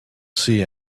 see